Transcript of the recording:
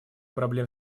проблем